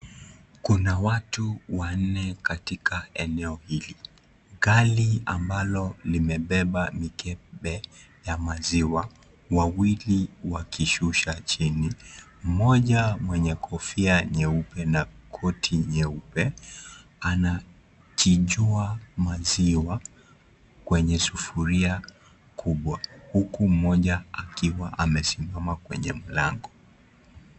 Kuna watu wanne katika eneo hili. Gari ambalo limebeba mikebe ya maziwa wawili wakishusha chini mmoja mwenye kofia nyeupe na koti nyeupe anachinjua maziwa kwenye sufuria kubwa huku mmoja akiwa amesimama kwenye mlango.